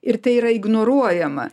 ir tai yra ignoruojama